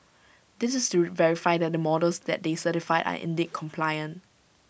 this is to verify that the models that they certified are indeed compliant